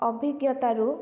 ଅଭିଜ୍ଞତାରୁ